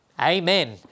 Amen